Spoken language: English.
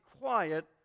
quiet